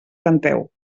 canteu